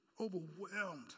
overwhelmed